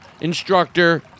instructor